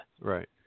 Right